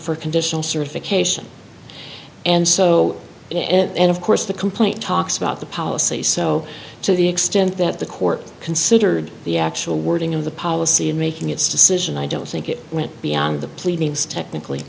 for conditional certification and so and of course the complaint talks about the policy so to the extent that the court considered the actual wording of the policy in making its decision i don't think it went beyond the pleadings technically